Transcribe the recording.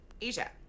Asia